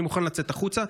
אני מוכן לצאת החוצה,